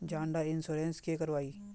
जान डार इंश्योरेंस की करवा ई?